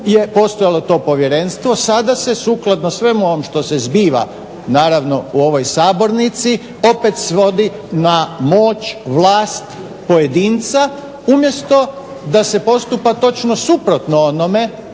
je postojalo to povjerenstvo. Sada se sukladno svemu ovom što se zbiva naravno u ovoj sabornici opet svodi na moć, vlast, pojedinca umjesto da se postupa točno suprotno onome